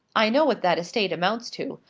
i know what that estate amounts to.